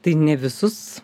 tai ne visus